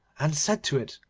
and said to it,